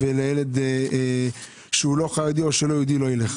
ולילד שהוא לא חרדי או לא יהודי לא יילך.